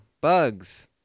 bugs